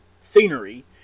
scenery